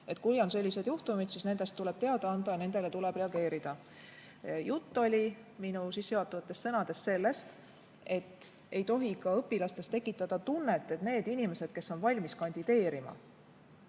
Kui on sellised juhtumid, siis nendest tuleb teada anda ja nendele tuleb reageerida. Minu sissejuhatavates sõnades oli jutt sellest, et ka õpilastes ei tohi tekitada tunnet, et need inimesed, kes on valmis kandideerima,